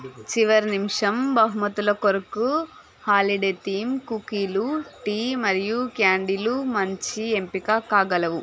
చివరి నిమిషం బహుమతుల కొరకు హాలిడే థీమ్ కుకీలు టీ మరియు క్యాండీలు మంచి ఎంపిక కాగలవు